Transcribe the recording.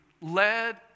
led